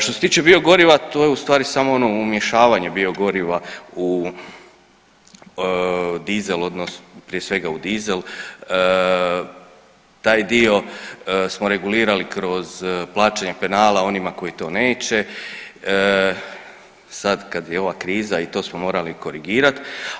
Što se tiče biogoriva to je u stvari samo ono umješavanje biogoriva u dizel odnosno prije svega u dizel, taj dio smo regulirali kroz plaćanje penala onima koji to neće, sad kad je ova kriza i to smo morali korigirat.